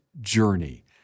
journey